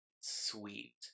sweet